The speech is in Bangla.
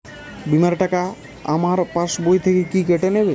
বিমার টাকা আমার পাশ বই থেকে কি কেটে নেবে?